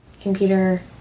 Computer